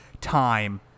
time